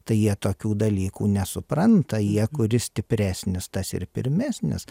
tai jie tokių dalykų nesupranta jie kuris stipresnis tas ir pirmesnis